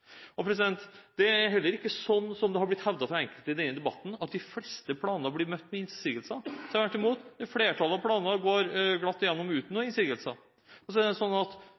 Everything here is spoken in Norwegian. Det er heller ikke sånn som det har blitt hevdet av enkelte i denne debatten, at de fleste planer blir møtt med innsigelser, tvert imot. De fleste planer går glatt igjennom uten noen innsigelser. Så er det sånn at